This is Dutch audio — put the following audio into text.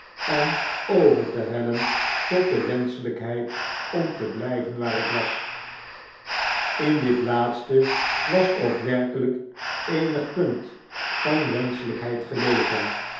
en over te hellen tot de wenschelijktieid om te blyven waar ik was in ditlaatste wasook werkelijk eenig punt van wenschelijkheid gelegen